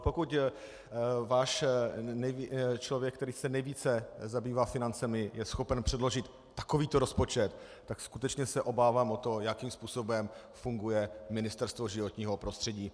Pokud váš člověk, který se nejvíce zabývá financemi, je schopen předložit takovýto rozpočet, tak skutečně se obávám o to, jakým způsobem funguje Ministerstvo životního prostředí.